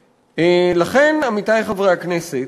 לכן, עמיתי חברי הכנסת,